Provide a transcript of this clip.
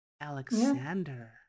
Alexander